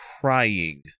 crying